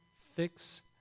fix